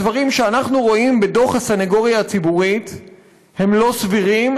הדברים שאנחנו רואים בדוח הסנגוריה הציבורית הם לא סבירים,